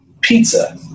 pizza